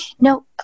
no